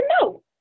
no